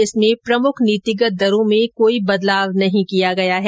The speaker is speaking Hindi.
इसमें प्रमुख नीतिगत दरों में कोई बदलाव नहीं किया गया है